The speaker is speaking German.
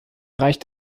reicht